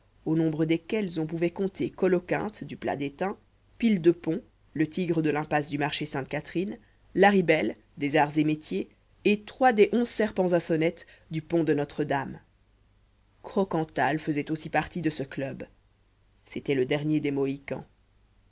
au nombre desquelles on pouvait compter coloquinte du plat détain pile de pont le tigre de l'impasse du marché sainte-catherine larribel des arts et métiers et trois des onze serpents à sonnettes du pont de notre-dame croquental faisait aussi partie de ce club c'était le dernier des mohicans